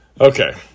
Okay